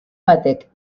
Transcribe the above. batek